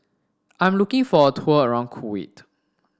I'm looking for a tour around Kuwait